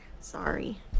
Sorry